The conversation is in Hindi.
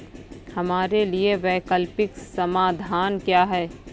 हमारे लिए वैकल्पिक समाधान क्या है?